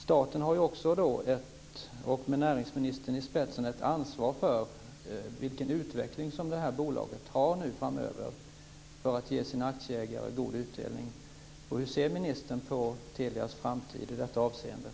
Staten med näringsministern i spetsen har nu ett ansvar för den utveckling som bolaget får framöver när det gäller att ge sina aktieägare en god utdelning.